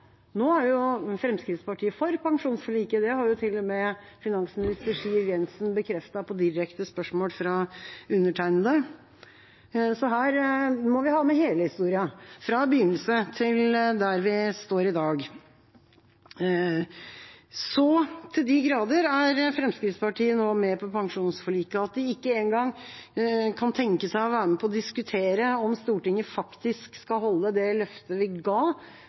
Nå er jo Fremskrittspartiet for pensjonsforliket, det har til og med finansminister Siv Jensen bekreftet på direkte spørsmål fra undertegnede. Så her må vi ha med hele historien, fra begynnelsen til der vi står i dag. Så til de grader er Fremskrittspartiet nå med på pensjonsforliket at de ikke engang kan tenke seg å være med på å diskutere om Stortinget faktisk skal holde det løftet vi ga